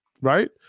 right